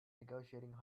negotiating